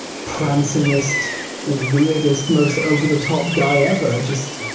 prancing-ist weirdest most over-the-top guy ever. just,